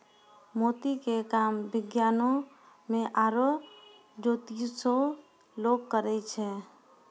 मोती के काम विज्ञानोॅ में आरो जोतिसें लोग करै छै